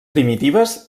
primitives